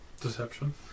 Deception